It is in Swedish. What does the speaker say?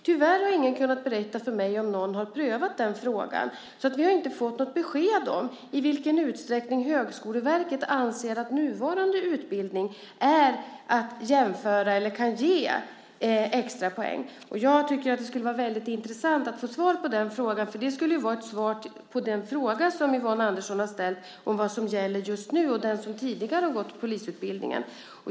Tyvärr har ingen kunnat berätta för mig om någon har prövat den frågan. Vi har inte fått något besked om i vilken utsträckning Högskoleverket anser att nuvarande utbildning kan ge extra poäng. Jag tycker att det skulle vara väldigt intressant att få svar på den frågan. Det skulle vara ett svar på den fråga som Yvonne Andersson har ställt om vad som gäller just nu samt för dem som tidigare har gått polisutbildningen.